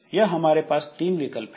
यह हमारे पास तीन विकल्प हैं